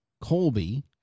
Colby